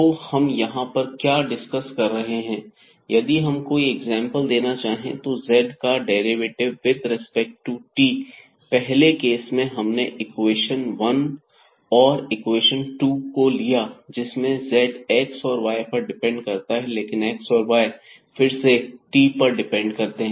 तो हम यहां पर क्या डिस्कस कर रहे हैं यदि हम कोई एग्जांपल देना चाहे इस z का derivative with respect to t क्योंकि पहले केस में हमने इक्वेशन वन और इक्वेशन 2 को लिया जिसमें z x और y पर डिपेंड करता है लेकिन x और y फिर से t पर डिपेंड करते हैं